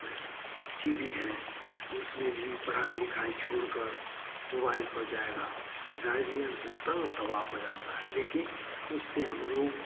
T V है उसमें भी पढ़ाई लिखाई छोड़कर मोबाइल पर जाएगा त गार्जियन तो तंग तवाह हो जाता है लेकिन उससे हम लोग